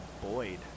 Boyd